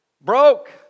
Broke